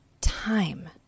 time